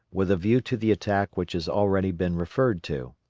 with a view to the attack which has already been referred to.